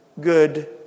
good